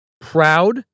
Proud